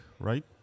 right